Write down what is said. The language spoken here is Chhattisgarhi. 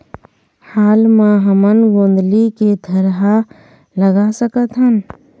हाल मा हमन गोंदली के थरहा लगा सकतहन?